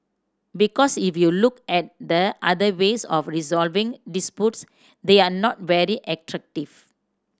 because if you look at the other ways of resolving disputes they are not very attractive